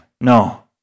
No